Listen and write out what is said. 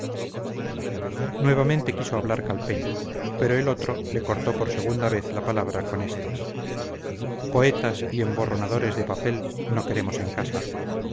nuevamente quiso hablar calpena pero el otro le cortó por segunda vez la palabra con estas poetas y emborronadores de papel no queremos en casa